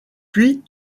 puis